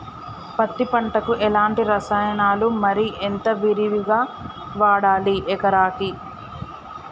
పత్తి పంటకు ఎలాంటి రసాయనాలు మరి ఎంత విరివిగా వాడాలి ఎకరాకి?